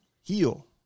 heal